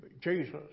Jesus